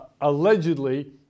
allegedly